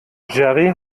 jerry